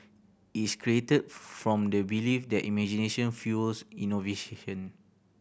is created from the belief that imagination fuels